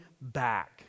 back